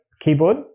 keyboard